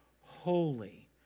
holy